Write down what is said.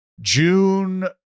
June